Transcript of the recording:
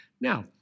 Now